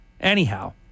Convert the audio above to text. Anyhow